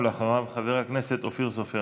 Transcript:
אחריו, חבר הכנסת אופיר סופר.